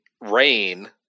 rain